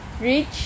Reach